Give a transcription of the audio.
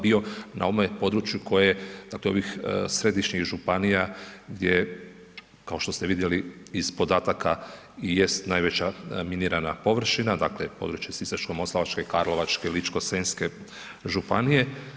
Bio na onom području, koje, dakle, ovih središnjih županija, gdje je kao što ste vidjeli iz podataka i jest najveća minirana površina, dakle, područje Sisačko moslavačke, Karlovačke, Ličko senjske županije.